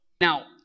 Now